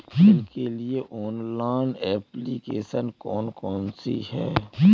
Bill के लिए online application कौन कौन सी हैं?